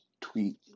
tweet